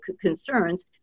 concerns